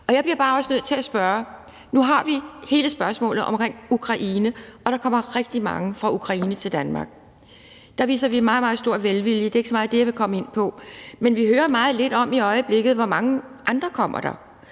og jeg bliver også bare nødt til at spørge om det. Nu har vi hele spørgsmålet om Ukraine, og der kommer rigtig mange fra Ukraine til Danmark. Der viser vi meget, meget stor velvilje, og det er ikke så meget det, jeg vil komme ind på, men i øjeblikket hører vi meget lidt om, hvor mange andre der